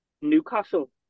Newcastle